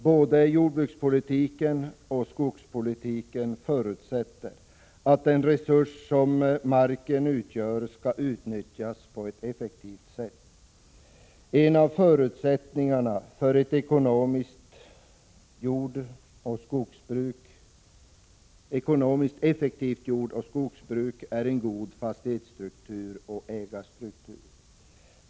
Både jordbrukspolitiken och skogspolitiken förutsätter att den resurs som marken utgör skall utnyttjas effektivt. En av förutsättningarna för ett ekonomiskt effektivt jordoch skogsbruk är en god fastighetsstruktur och ägarstruktur.